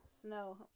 snow